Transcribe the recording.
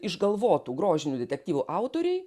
išgalvotų grožinių detektyvų autoriai